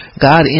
God